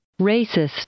Racist